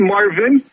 Marvin